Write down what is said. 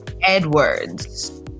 Edwards